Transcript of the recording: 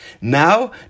now